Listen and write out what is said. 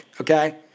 okay